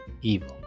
evil